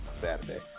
Saturday